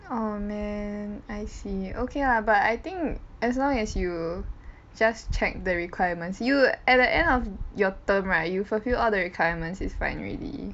oh man I see okay lah but I think as long as you just check the requirements you at the end of your term right you fulfil all the requirements is fine already